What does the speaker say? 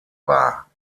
war